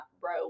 bro